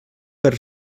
per